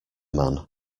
man